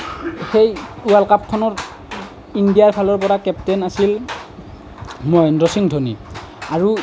সেই ৱৰ্ল্ড কাপখনত ইণ্ডিয়াৰ ফালৰ পৰা কেপ্টেইন আছিল মহেন্দ্ৰ সিং ধোনী